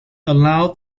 allowed